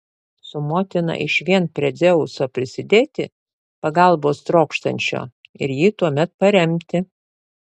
su motina išvien prie dzeuso prisidėti pagalbos trokštančio ir jį tuomet paremti